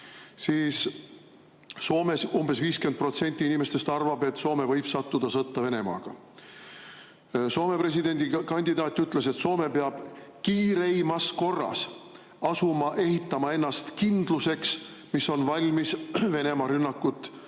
seisukohti – umbes 50% inimestest arvab, et Soome võib sattuda sõtta Venemaaga. Soome presidendikandidaat ütles, et Soome peab kiireimas korras asuma ehitama ennast kindluseks, mis on valmis Venemaa rünnakut tagasi